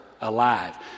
alive